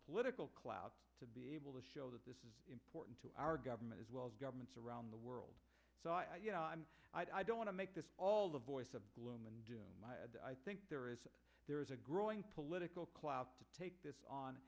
political clout to be able to show that this is important to our government as well as governments around the world i don't want to make this all the voice of gloom and doom i think there is there is a growing political clout to take this on